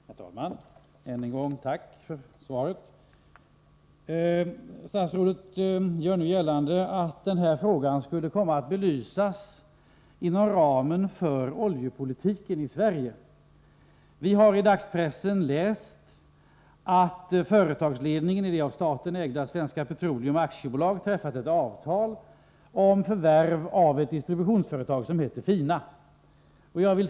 Herr talman! Än en gång tack för svaret. Statsrådet gör nu gällande att denna fråga skulle komma att belysas inom ramen för oljepolitiken i Sverige. Vi har i dagspressen läst att företagsledningen i det av staten ägda Svenska Petroleum AB träffat ett avtal om förvärv av ett distributionsföretag som heter Fina.